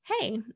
hey